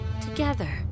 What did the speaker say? together